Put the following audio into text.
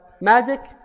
magic